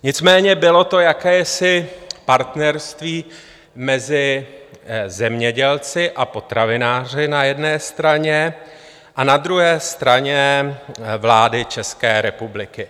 Nicméně bylo to jakési partnerství mezi zemědělci a potravináři na jedné straně a na druhé straně vlády České republiky.